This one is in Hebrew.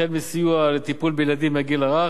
החל מסיוע בטיפול בילדים בגיל הרך,